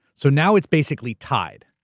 so now it's basically tied,